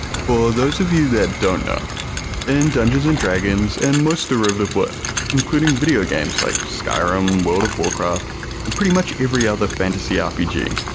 for those of you that don't know in dungeons and dragons and most derivative works including video games like skyrim, world of warcraft and pretty much every other fantasy rpg,